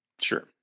Sure